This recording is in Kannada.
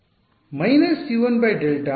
ವಿದ್ಯಾರ್ಥಿ ಸಮಯ ನೋಡಿ 0400